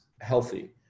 healthy